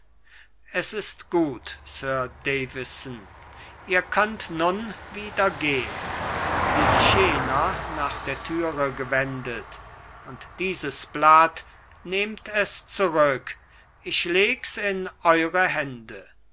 es ist gut sir davison ihr könnt nun wieder gehn wie sich jener nach der türe gewendet und dieses blatt nehmt es zurück ich leg's in eure hände